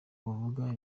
buvuga